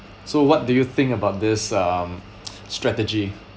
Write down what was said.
so what do you think about this um strategy